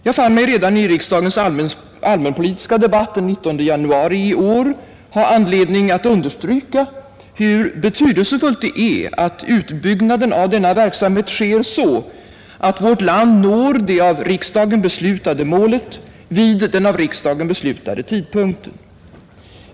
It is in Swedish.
Jag fann mig redan i riksdagens allmänpolitiska debatt den 19 januari i år ha anledning att understryka hur betydelsefullt det är att utbyggnaden av denna verksamhet sker så, att vårt land når det av riksdagen uppställda målet vid den av riksdagen beslutade tidpunkten.